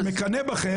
תקשיבו, אני מקנא בכם.